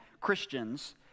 Christians